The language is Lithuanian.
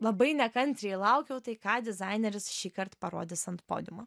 labai nekantriai laukiau tai ką dizaineris šįkart parodys ant podiumo